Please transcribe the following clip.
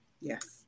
Yes